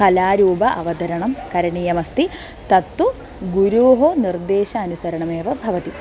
कलारूपावतरणं करणीयमस्ति तत्तु गुरोः निर्देशः अनुसरणमेव भवति